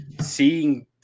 Seeing